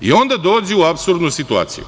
i onda dođe u apsurdnu situaciju.